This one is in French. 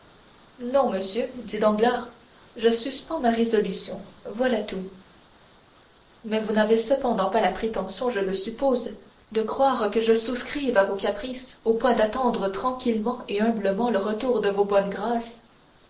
non monsieur dit danglars je suspends ma résolution voilà tout mais vous n'avez cependant pas la prétention je le suppose de croire que je souscrive à vos caprices au point d'attendre tranquillement et humblement le retour de vos bonnes grâces